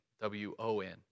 W-O-N